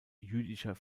jüdischer